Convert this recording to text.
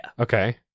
Okay